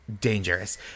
dangerous